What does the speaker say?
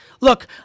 Look